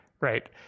Right